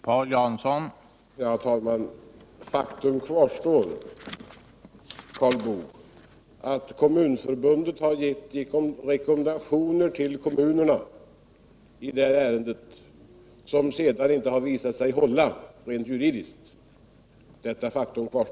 Herr talman! Faktum kvarstår, Karl Boo. Kommunförbundet har i detta ärende till kommunerna givit rekommendationer, vilka senare visat sig inte hålla rent juridiskt.